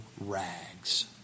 rags